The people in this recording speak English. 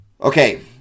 Okay